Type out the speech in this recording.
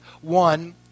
one